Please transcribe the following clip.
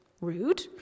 rude